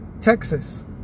Texas